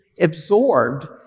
absorbed